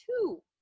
two